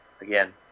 again